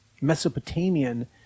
Mesopotamian